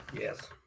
yes